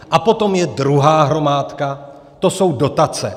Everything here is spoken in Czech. A potom je druhá hromádka, to jsou dotace.